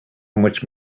much